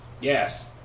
Yes